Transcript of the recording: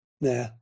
Nah